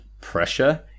pressure